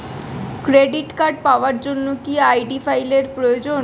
Credit card পাওয়ার জন্য কি আই.ডি ফাইল এর প্রয়োজন?